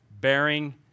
bearing